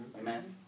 Amen